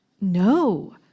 no